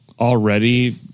already